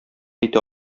әйтә